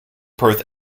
perth